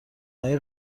های